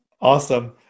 Awesome